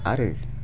आरो